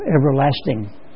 everlasting